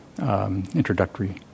introductory